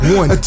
one